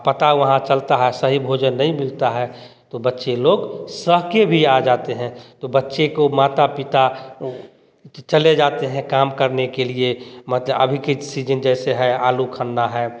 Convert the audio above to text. पता वहाँ चलता है सही भोजन नहीं मिलता है तो बच्चे लोगों साके भी आ जाते हैं तो बच्चे को माता पिता चले जाते हैं काम करने के लिए मजा अभी कि सीजन जैसे है आलू गन्ना है